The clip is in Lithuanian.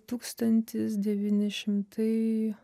tūkstantis devyni šimtai